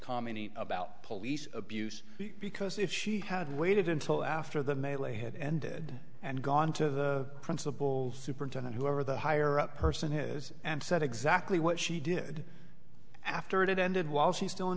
commenting about police abuse because if she had waited until after the melee had ended and gone to the principal superintendent whoever the higher up person is and said exactly what she did after it ended while she's still in